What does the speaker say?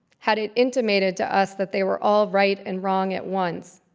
had it intimated to us that they were all right and wrong at once,